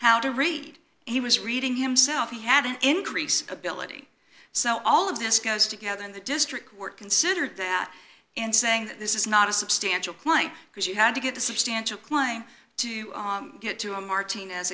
how to read he was reading himself he had an increase ability so all of this goes together in the district were considered that and saying this is not a substantial point because you had to get a substantial climb to get to a martinez